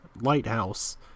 lighthouse